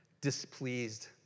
displeased